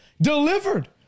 delivered